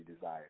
desire